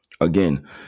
again